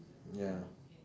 ya